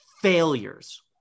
Failures